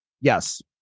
Yes